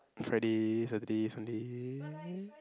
Friday Saturday Sunday